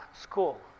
school